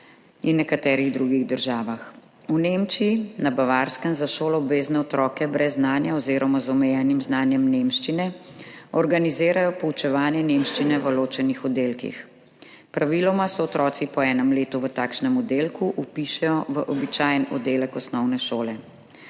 in nekaterih drugih državah. V Nemčiji na Bavarskem za šoloobvezne otroke brez znanja oziroma z omejenim znanjem nemščine organizirajo poučevanje nemščine v ločenih oddelkih. Praviloma se otroci po enem letu v takšnem oddelku vpišejo v običajen oddelek osnovne šole.